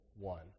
one